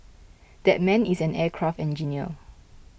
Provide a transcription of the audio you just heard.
that man is an aircraft engineer